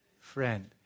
Friend